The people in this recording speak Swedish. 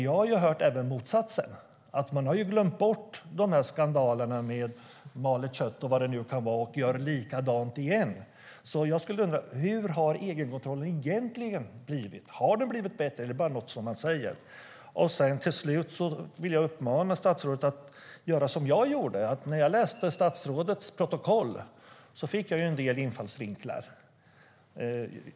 Jag har ju hört även motsatsen - att man har glömt skandalerna med malet kött och vad det nu var och gör likadant igen. Jag undrar alltså hur egenkontrollen egentligen har blivit. Har den blivit bättre, eller är det bara något som man säger? Till slut vill jag uppmana statsrådet att göra som jag gjorde. När jag läste statsrådets inlägg i protokollet fick jag en del infallsvinklar.